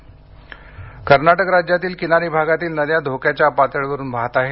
कर्नाटक पाऊस कर्नाटक राज्यातील किनारी भागांतील नद्या धोक्याच्या पातळीवरुन वाहत आहेत